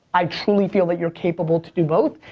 i truly feel that you're capable to do both.